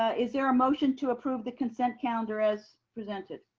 ah is there a motion to approve the consent calendar as presented?